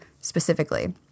specifically